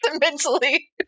mentally